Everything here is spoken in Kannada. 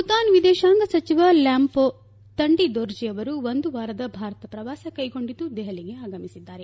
ಭೂತಾನ್ ವಿದೇಶಾಂಗ ಸಚಿವ ಲ್ಯಾನ್ಪೊ ತಂಡಿದೊರ್ಜಿ ಅವರು ಒಂದು ವಾರದ ಭಾರತ ಪ್ರವಾಸ ಕೈಗೊಂಡಿದ್ದು ದೆಹಲಿಗೆ ಆಗಮಿಸಿದ್ದಾರೆ